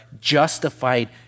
justified